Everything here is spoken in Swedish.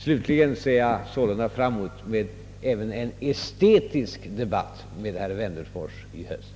Slutligen ser jag fram mot även en estetisk debatt med herr Wennerfors i höst.